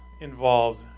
involved